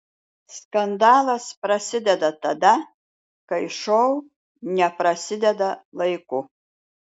skandalas prasideda tada kai šou neprasideda laiku